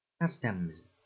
Customs